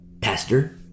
Pastor